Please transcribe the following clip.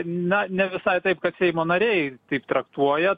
na ne visai taip kad seimo nariai taip traktuoja